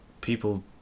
people